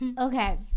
Okay